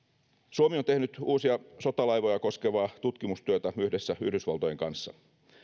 suomi on tehnyt uusia sotalaivoja koskevaa tutkimustyötä yhdessä yhdysvaltojen kanssa